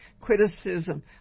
criticism